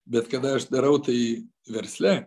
bet kada aš darau tai versle